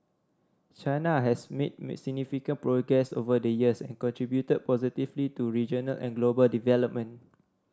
China has made may significant progress over the years and contributed positively to regional and global development